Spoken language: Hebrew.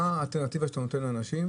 מה האלטרנטיבה שאתה נותן לאנשים?